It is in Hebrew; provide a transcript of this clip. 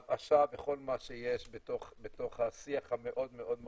הרעשה וכל מה שיש בתוך השיח המאוד מאוד קשה,